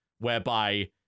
whereby